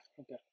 okay